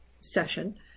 session